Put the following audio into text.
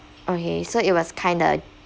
okay so it was kinda